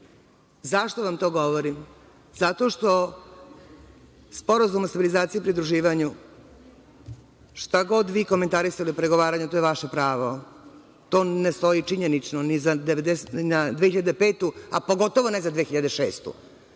teže.Zašto vam to govorim. Zato što Sporazum o stabilizaciji i pridruživanju, šta god vi komentarisali o pregovaranju, to je vaše pravo. To ne stoji činjenično, ni za 2005. godinu, a pogotovo ne za 2006.